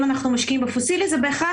אם אנחנו משקיעים בפוסילי זה בהכרח